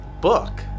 book